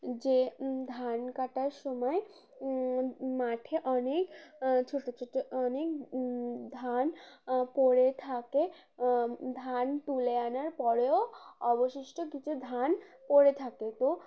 যে ধান কাটার সময় মাঠে অনেক ছোটো ছোটো অনেক ধান পরে থাকে ধান তুলে আনার পরেও অবশিষ্ট কিছু ধান পরড়ে থাকে তো